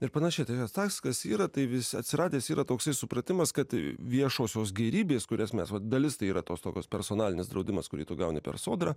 ir panašiai tai tas kas yra tai vis atsiradęs yra toks supratimas kad viešosios gėrybės kurias mes vat dalis tai yra tos tokios personalinis draudimas kurį tu gauni per sodrą